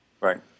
Right